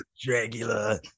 Dracula